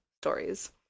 stories